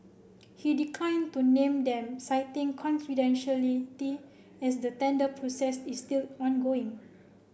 he declined to name them citing confidentiality as the tender process is still ongoing